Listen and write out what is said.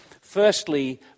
Firstly